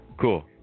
cool